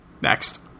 Next